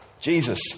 Jesus